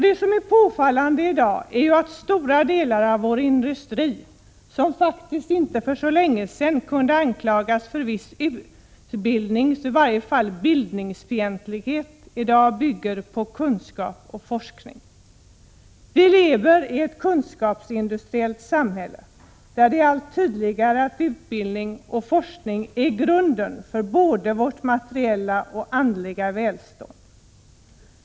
Det är påfallande att stora delar av vår industri, som faktiskt för inte så länge sedan kunde anklagas för viss utbildningsoch i varje fall bildningsfientlighet, i dag bygger på kunskap och forskning. Vi lever i ett kunskapsindustriellt samhälle, där det är alldeles tydligt att utbildning och forskning är grunden för både vårt materiella och vårt andliga välstånd.